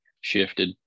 shifted